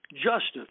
Justice